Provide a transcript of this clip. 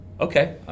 Okay